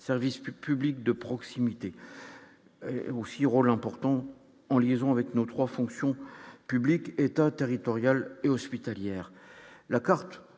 service public de proximité aussi Roland portant en liaison avec nos 3 fonctions publiques : État, territoriale et hospitalière,